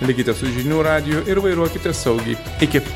likite su žinių radiju ir vairuokite saugiai iki